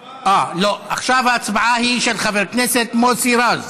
לא, עכשיו ההצבעה היא של חבר הכנסת מוסי רז,